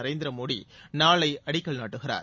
நரேந்திர மோடி நாளை அடிக்கல் நாட்டுகிறார்